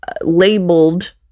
labeled